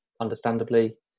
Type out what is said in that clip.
understandably